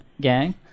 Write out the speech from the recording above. gang